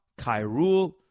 Kairul